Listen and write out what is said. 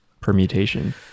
permutation